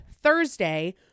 Thursday